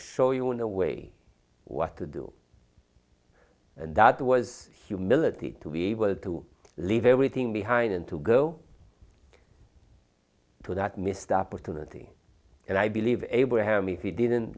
show you in a way what to do and that was humility to be able to leave everything behind and to go to that missed opportunity and i believe abraham if you didn't